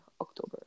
October